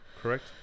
correct